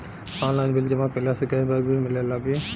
Online bill जमा कईला से कैश बक भी मिलेला की?